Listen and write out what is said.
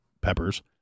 peppers